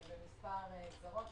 במספר גזרות.